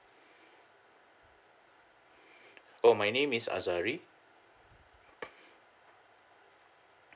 oh my name is azahari